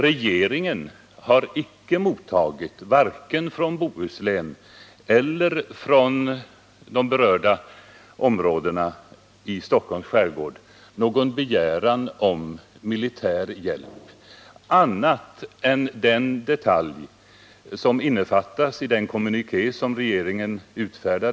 Regeringen har inte, vare sig från Bohuslän eller från de berörda områdena i Stockholms skärgård, mottagit någon begäran om militär hjälp annat än den detalj som innefattas i den kommuniké som regeringen utfärdade.